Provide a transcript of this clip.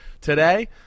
Today